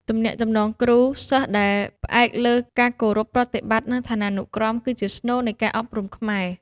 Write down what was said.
ទំនាក់ទំនងគ្រូ សិស្សដែលផ្អែកលើការគោរពប្រតិបត្តិ និងឋានានុក្រម គឺជាស្នូលនៃការអប់រំខ្មែរ។